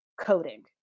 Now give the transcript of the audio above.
coding